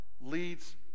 leads